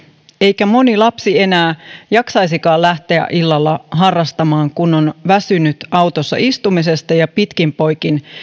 eikä moni lapsi enää jaksaisikaan lähteä illalla harrastamaan kun on väsynyt autossa istumisesta ja pitkin poikin